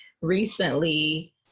recently